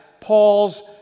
Paul's